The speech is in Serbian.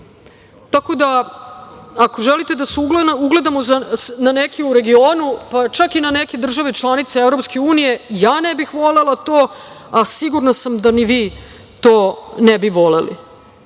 da uradimo. Ako želite da se ugledamo na neke u regionu, pa čak i na neke države članice EU, ja ne bih volela to, a sigurna sam da ni vi to ne bi voleli,